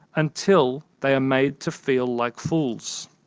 until they are made to feel like fools.